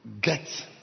get